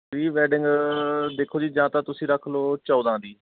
pre wedding ਦੇਖੋ ਜੀ ਜਾਂ ਤਾਂ ਤੁਸੀਂ ਰੱਖ ਲਓ ਚੌਦਾਂ ਦੀ